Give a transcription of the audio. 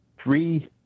three